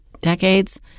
decades